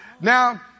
Now